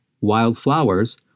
wildflowers